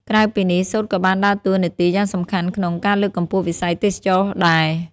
ក្រៅពីនេះ សូត្រក៏បានដើរតួនាទីយ៉ាងសំខាន់ក្នុង ការលើកកម្ពស់វិស័យទេសចរណ៍ដែរ។